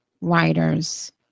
writers